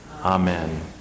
Amen